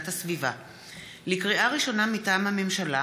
ולקריאה שלישית: